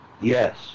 Yes